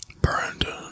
Brandon